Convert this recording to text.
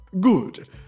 Good